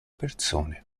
persone